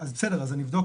אז אני אבדוק,